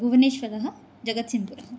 Bhubaneswar जगत्सिङ्गपुरम्